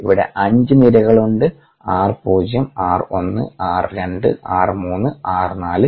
ഇവിടെ 5 നിരക്കുകളും ഉണ്ട് r പൂജ്യം r 1 r 2 r 3 r 4